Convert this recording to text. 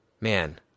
man